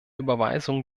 überweisungen